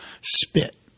Spit